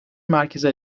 merkezi